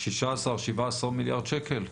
17-16 מיליארד שקל?